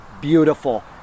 beautiful